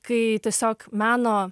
kai tiesiog meno